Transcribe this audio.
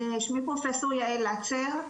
שמי פרופ' יעל לצר,